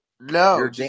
no